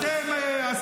תם הזמן.